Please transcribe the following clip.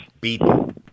beaten